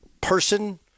person